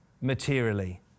materially